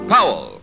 Powell